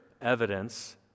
evidence